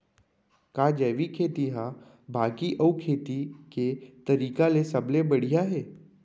का जैविक खेती हा बाकी अऊ खेती के तरीका ले सबले बढ़िया हे?